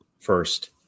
first